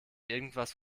irgendwas